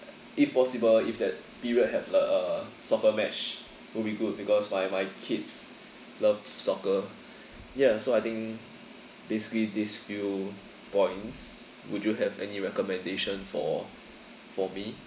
if possible if that period have like a soccer match would be good because my my kids love soccer ya so I think basically this few points would you have any recommendation for for me